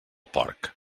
porc